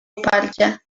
uparcie